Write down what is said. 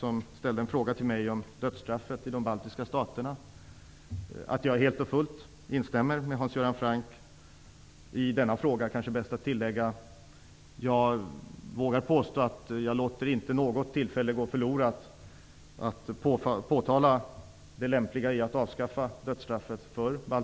Han ställde en fråga till mig om dödsstraffet i de baltiska staterna. Jag instämmer helt och fullt med Hans Göran Franck i denna fråga. Jag vågar påstå att jag, när jag träffar baltiska politiker, inte låter något tillfälle gå förlorat för att påtala det lämpliga i att avskaffa dödsstraffet.